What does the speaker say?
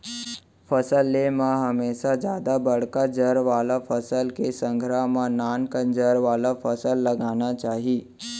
फसल ले म हमेसा जादा बड़का जर वाला फसल के संघरा म ननका जर वाला फसल लगाना चाही